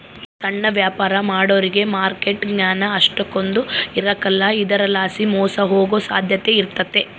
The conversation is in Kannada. ಸಣ್ಣ ವ್ಯಾಪಾರ ಮಾಡೋರಿಗೆ ಮಾರ್ಕೆಟ್ ಜ್ಞಾನ ಅಷ್ಟಕೊಂದ್ ಇರಕಲ್ಲ ಇದರಲಾಸಿ ಮೋಸ ಹೋಗೋ ಸಾಧ್ಯತೆ ಇರ್ತತೆ